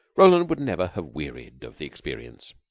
roland would never have wearied of the experience.